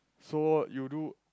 so you do